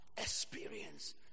experience